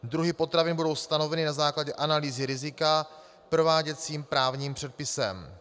Druhy potravin budou stanoveny na základě analýzy rizika prováděcím právním předpisem.